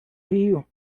rio